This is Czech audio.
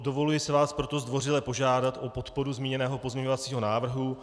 Dovoluji si vás proto zdvořile požádat o podporu zmíněného pozměňovacího návrhu.